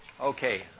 Okay